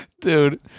Dude